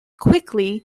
quickly